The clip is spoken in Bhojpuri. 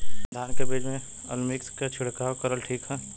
धान के बिज में अलमिक्स क छिड़काव करल ठीक ह?